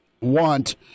want